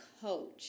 coach